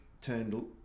turned